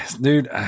Dude